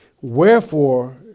Wherefore